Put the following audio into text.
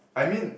I mean